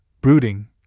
brooding